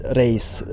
race